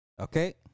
Okay